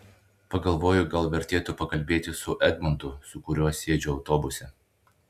pagalvoju gal vertėtų pakalbėti su edmundu su kuriuo sėdžiu autobuse